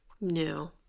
No